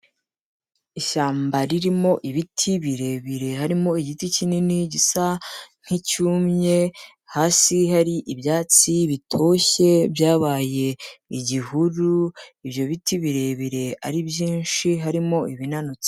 Ishyamba ririmo ibiti birebire harimo igiti kinini gisa nk'icyumye, hasi hari ibyatsi bitoshye byabaye igihuru, ibyo biti birebire ari byinshi, harimo ibinanutse.